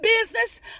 business